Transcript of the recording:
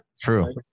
true